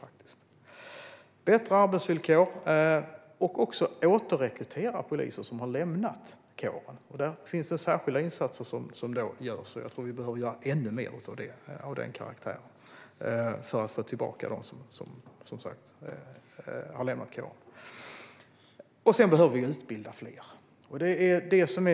För bättre arbetsvillkor och för att kunna återrekrytera poliser som har lämnat kåren görs särskilda insatser, och jag tror att det behöver göras ännu fler av den karaktären för att få tillbaka dem som har lämnat kåren. Vidare behöver fler utbildas.